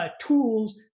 tools